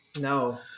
no